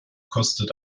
kostet